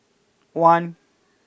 one